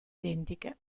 identiche